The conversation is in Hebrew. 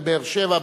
בבאר-שבע,